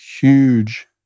huge